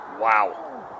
Wow